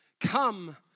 come